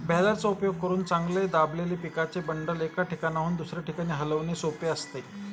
बॅलरचा उपयोग करून चांगले दाबलेले पिकाचे बंडल, एका ठिकाणाहून दुसऱ्या ठिकाणी हलविणे सोपे असते